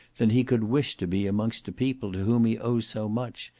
than he could wish to be amongst a people to whom he owes so much,